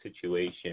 situation